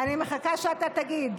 אני מחכה שאתה תגיד.